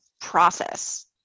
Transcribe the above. process